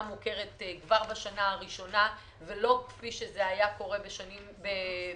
מוכרת כבר בשנה הראשונה ולא כפי שהיה קורה בעבר,